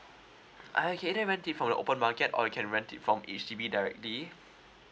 uh you can either rent it for the open market or you can rent it from H_D_B directly